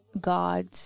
God